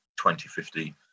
2050